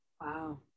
Wow